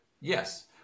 yes